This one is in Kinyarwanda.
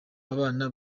abana